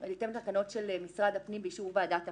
--- תקנות של משרד הפנים באישור ועדת הפנים.